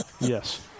Yes